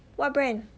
what brand